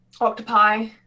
octopi